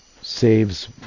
saves